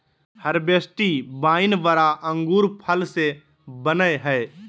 हर्बेस्टि wine बड़ा अंगूर फल से बनयय हइ